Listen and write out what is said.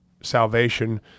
salvation